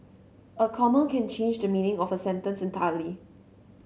a comma can change the meaning of a sentence entirely